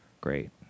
great